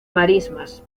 marismas